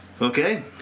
Okay